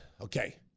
Okay